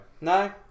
no